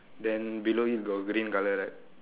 then below it got green colour right